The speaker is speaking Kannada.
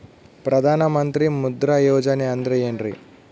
ಪ್ರಧಾನ ಮಂತ್ರಿ ಮುದ್ರಾ ಯೋಜನೆ ಅಂದ್ರೆ ಏನ್ರಿ?